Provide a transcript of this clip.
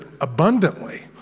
abundantly